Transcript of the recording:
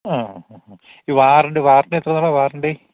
ആ ആ ആ ഈ വാറണ്ടി വാറണ്ടി എത്ര നാളാണ് വാറണ്ടി